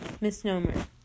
Misnomer